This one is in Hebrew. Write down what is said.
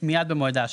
מיד במועד ההשקעה.